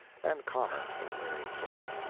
and comments of a varied sort.